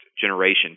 generation